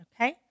okay